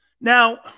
Now